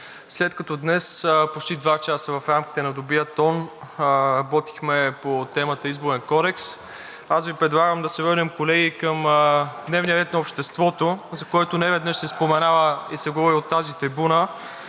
след като днес почти два часа в рамките на добрия тон работихме по темата Изборен кодекс, аз Ви предлагам да се върнем, колеги, към дневния ред на обществото, за който неведнъж се споменава и се говори от тази трибуна.